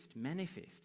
Manifest